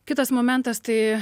kitas momentas tai